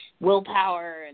willpower